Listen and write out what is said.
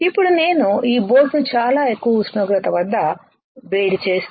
ఇప్పుడు నేను ఈ బోట్ ను చాలా ఎక్కువ ఉష్ణోగ్రత వద్ద వేడి చేస్తే